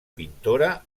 pintora